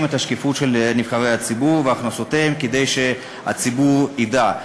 שקיפות של נבחרי הציבור בהכנסותיהם כדי שהציבור ידע.